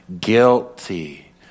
guilty